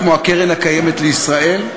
כמו קרן קיימת לישראל,